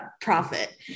profit